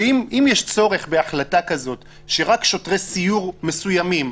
שאם יש צורך בהחלטה כזאת שרק שוטרי סיור מסוימים,